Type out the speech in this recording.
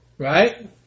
Right